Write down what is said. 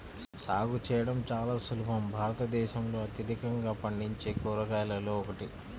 సాగు చేయడం చాలా సులభం భారతదేశంలో అత్యధికంగా పండించే కూరగాయలలో ఒకటి